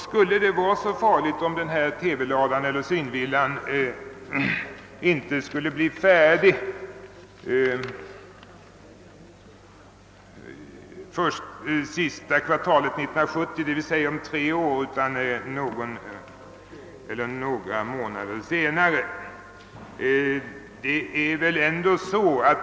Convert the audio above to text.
Skulle det vara så farligt, om denna »TV-lada» eller »synvilla» inte skulle bli färdig under det sista kvartalet av 1970 utan först några månader senare?